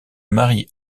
marie